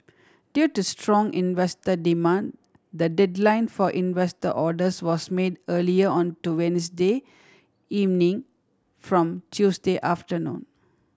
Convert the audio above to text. due to strong investor demand the deadline for investor orders was made earlier on to Wednesday evening from Tuesday afternoon